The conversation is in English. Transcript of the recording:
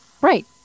right